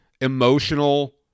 emotional